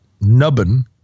nubbin